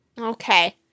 Okay